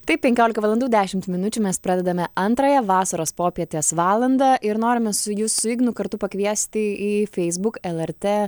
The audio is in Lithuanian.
taip penkiolika valandų dešimt minučių mes pradedame antrąją vasaros popietės valandą ir norime su jus su ignu kartu pakviesti į feisbuk lrt